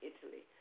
Italy